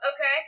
Okay